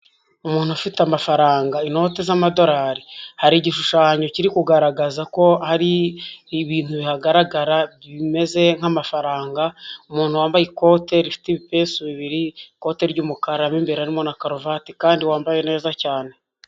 Umuntu ufite amafaranga inote z'amadorari, hari igishushanyo kiri kugaragaza ko hari ibintu bihagaragara bimeze nk'amafaranga, umuntu wambaye ikote rifite ibipesu bibiri, ikote ry'umukara mo imbere harimo na karuvati kandi wambaye neza cyane.